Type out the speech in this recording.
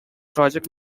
project